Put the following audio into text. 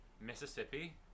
Mississippi